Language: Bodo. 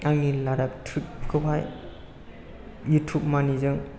आंनि लादाख त्रिप खौहाय इउटुब मानि जों